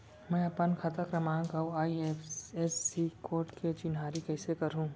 मैं अपन खाता क्रमाँक अऊ आई.एफ.एस.सी कोड के चिन्हारी कइसे करहूँ?